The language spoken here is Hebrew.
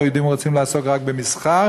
היהודים רוצים לעסוק רק במסחר,